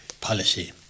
policy